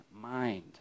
mind